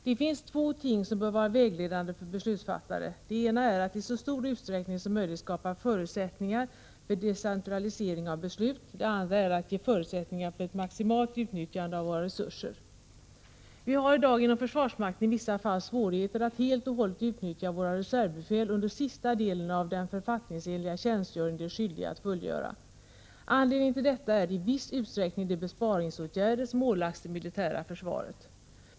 Det finns två ting som bör vara vägledande för beslutsfattare. Det ena är att i så stor utsträckning som möjligt skapa förutsättningar för decentralisering av beslut. Det andra är att skapa förutsättningar för ett maximalt utnyttjande av våra resurser. Vi har i dag inom försvarsmakten i vissa fall svårigheter att helt och hållet utnyttja våra reservbefäl när det gäller den sista delen av den tjänstgöring som de enligt författningen är skyldiga att fullgöra. Anledningen till detta är i viss utsträckning de besparingsåtgärder som ålagts det militära försvaret.